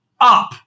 up